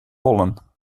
pollen